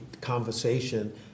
conversation